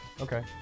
Okay